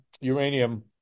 uranium